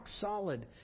solid